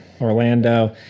Orlando